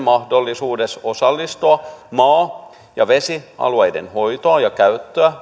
mahdollisuuksia osallistua maa ja vesialueiden hoitoon ja käyttöä